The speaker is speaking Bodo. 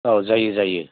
औ जायो जायो